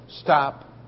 stop